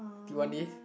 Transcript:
do you want this